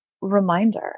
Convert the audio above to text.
reminder